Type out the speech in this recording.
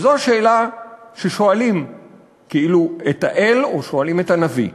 וזו השאלה ששואלים כאילו את האל או שואלים את הנביא: